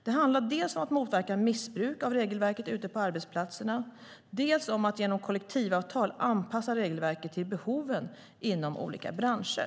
Det handlar dels om att motverka missbruk av regelverket ute på arbetsplatserna, dels om att genom kollektivavtal anpassa regelverket till behoven inom olika branscher.